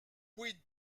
quid